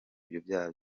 ibyaha